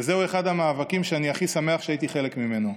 וזהו אחד המאבקים שאני הכי שמח שהייתי חלק מהם.